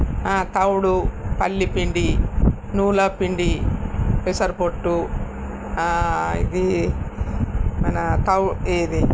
తౌడు పల్లి పిండి నువ్వుల పిండి పెసర పొట్టు ఇది మన తౌ ఇది